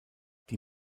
die